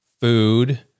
food